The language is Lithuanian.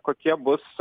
kokie bus